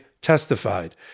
testified